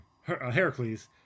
Heracles